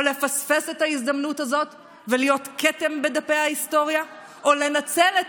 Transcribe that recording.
לפספס את ההזדמנות הזאת ולהיות כתם בדפי ההיסטוריה או לנצל את